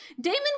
Damon